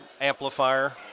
amplifier